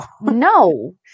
No